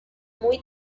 muy